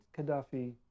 Qaddafi